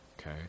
okay